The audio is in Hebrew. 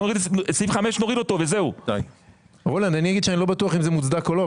בוא נוריד את סעיף 5. אני אגיד שאני לא בטוח אם זה מוצדק או לא,